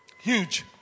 Huge